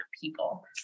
people